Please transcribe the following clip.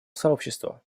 сообщества